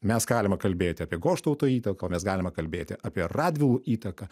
mes galime kalbėti apie goštauto įtaką mes galime kalbėti apie radvilų įtaką